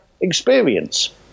experience